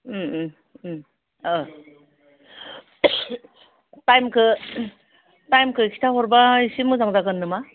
उम उम उम थाइमखो थाइमखो खिथाहरबा एसे मोजां जागोन नामा